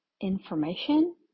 information